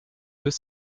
deux